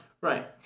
Right